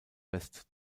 west